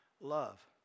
love